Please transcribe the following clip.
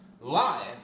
live